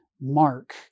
Mark